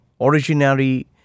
originary